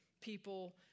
people